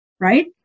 right